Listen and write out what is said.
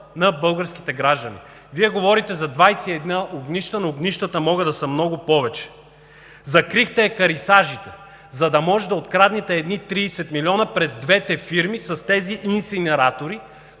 на българските граждани. Вие говорите за 21 огнища, но огнищата може да са много повече. Закрихте екарисажите, за да можете да откраднете едни 30 милиона през двете фирми, с тези инсинератори,